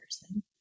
person